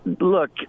look